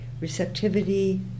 receptivity